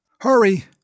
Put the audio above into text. Hurry